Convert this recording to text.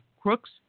Crooks